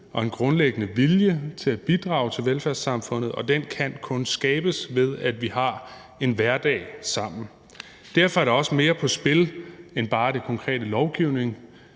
og grundlæggende vilje til at bidrage til velfærdssamfundet, og den kan kun skabes, ved at vi har en hverdag sammen. Derfor er der også mere på spil end bare den konkrete lovgivning.